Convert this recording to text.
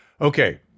okay